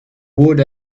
would